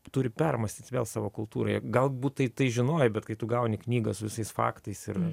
turi permąstyt vėl savo kultūroje galbūt tai tai žinojai bet kai tu gauni knygą su visais faktais ir